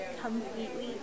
completely